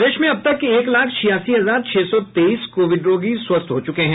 प्रदेश में अब तक एक लाख छियासी हजार छह सौ तेईस कोविड रोगी स्वस्थ हो चुके हैं